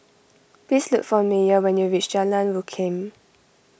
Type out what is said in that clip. please look for Meyer when you reach Jalan Rukam